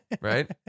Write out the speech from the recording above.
Right